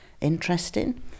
interesting